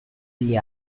gli